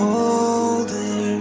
older